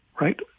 right